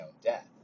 death